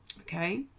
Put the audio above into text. Okay